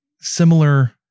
similar